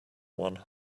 one